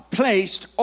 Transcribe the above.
placed